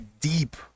deep